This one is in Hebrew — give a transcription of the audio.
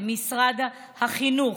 למשרד החינוך,